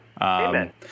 Amen